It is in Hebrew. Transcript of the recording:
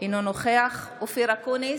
אינו נוכח אופיר אקוניס,